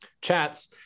chats